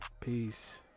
Peace